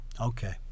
Okay